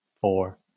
four